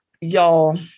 Y'all